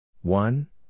one